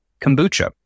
kombucha